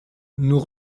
nous